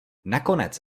nakonec